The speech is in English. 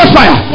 fire